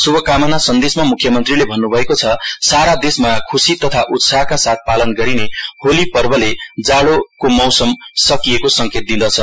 श्भकामना सन्देशमा मुख्यमन्त्रीले भन्नभएको छ सारा देशमा खुशी तथा उत्साहका साथ पालन गरिने होली पर्वले जाड़ोको मौसम सकिएको संकेत दिँदैछ